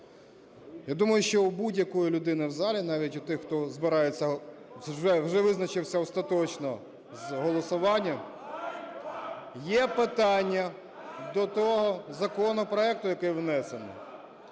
Я думаю, що у будь-якої людини в залі, навіть у тих, хто збирається, вже визначився остаточно з голосуванням, є питання до того законопроекту, який внесений.